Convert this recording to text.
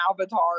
avatar